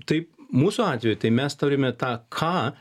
taip mūsų atveju tai mes turime tą ką